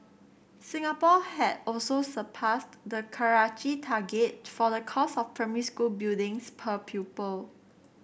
Singapore had also surpassed the Karachi target for the cost of primary school buildings per pupil